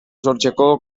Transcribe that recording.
sortzeko